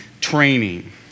training